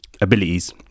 abilities